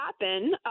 happen